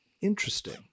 Interesting